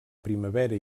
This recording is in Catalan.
primavera